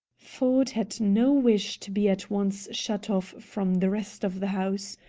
ford had no wish to be at once shut off from the rest of the house.